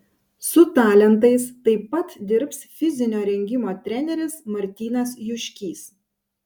su talentais taip pat dirbs fizinio rengimo treneris martynas juškys